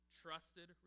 trusted